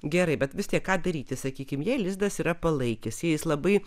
gerai bet vis tiek ką daryti sakykim jei lizdas yra palaikęs jei jis labai